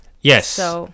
Yes